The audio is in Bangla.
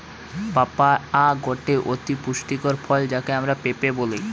পাপায়া গটে অতি পুষ্টিকর ফল যাকে আমরা পেঁপে বলি